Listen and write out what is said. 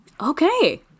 Okay